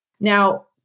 Now